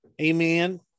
Amen